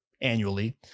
annually